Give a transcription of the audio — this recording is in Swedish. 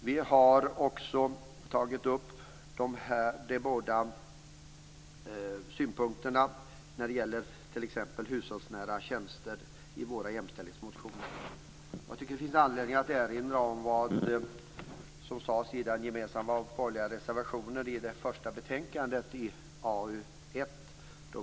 Vi har från båda håll tagit upp hushållsnära tjänster i våra jämställhetsmotioner. Jag tycker att det finns anledning att erinra om vad som sades i en gemensam borgerlig reservation i samband med det första betänkandet från arbetsmarknadsutskottet.